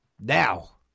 Now